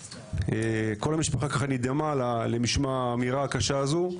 כל המשפחה ככה נדהמה למשמע האמירה הקשה הזו.